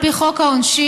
על פי חוק העונשין,